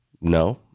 no